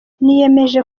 niyemeje